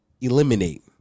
eliminate